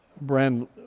Brand